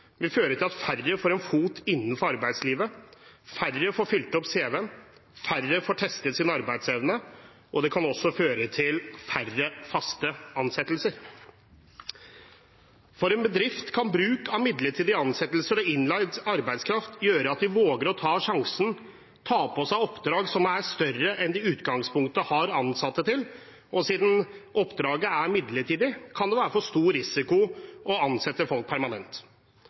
til at færre får en fot innenfor arbeidslivet, færre får fylt opp cv-en, og færre får testet sin arbeidsevne. Det kan også føre til færre faste ansettelser. For en bedrift kan bruk av midlertidige ansettelser og innleid arbeidskraft gjøre at de våger å ta sjansen og ta på seg oppdrag som er større enn de i utgangspunktet har ansatte til. Dersom et oppdrag er midlertidig, kan det være for stor risiko å ansette folk permanent.